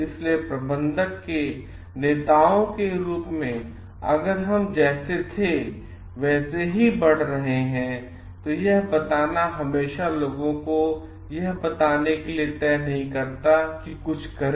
इसलिए प्रबंधक के नेताओं के रूप मेंअगर हम जैसे थे वैसे ही बढ़ रहे हैं यह बताना हमेशा लोगों को यह बताने के लिए तय नहीं करता है कि कुछ करें